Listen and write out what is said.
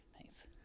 Nice